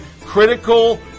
critical